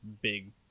big